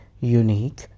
Unique